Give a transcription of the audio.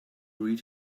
read